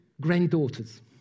granddaughters